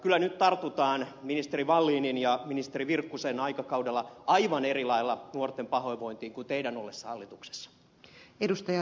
kyllä nyt tartutaan ministeri wallinin ja ministeri virkkusen aikakaudella aivan eri lailla nuorten pahoinvointiin kuin teidän ollessanne hallituksessa